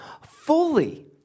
fully